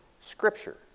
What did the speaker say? Scripture